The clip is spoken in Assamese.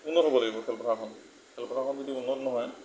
উন্নত হ'ব লাগিব খেলপথাৰখন খেলপথাৰখন যদি উন্নত নহয়